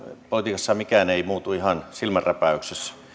politiikassa mikään ei muutu ihan silmänräpäyksessä